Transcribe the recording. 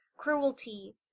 Cruelty